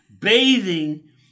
bathing